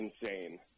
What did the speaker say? insane